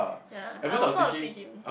ya I also want to pick him